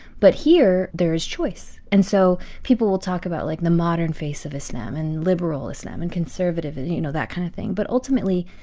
but here there is choice. and so people will talk about, like, the modern face of islam, and liberal islam and conservative, and you know, that kind of thing. but ultimately,